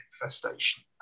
infestation